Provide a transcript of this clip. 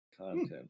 content